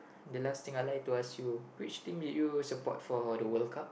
the last thing I like to ask you which team did you support for the World Cup